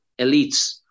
elites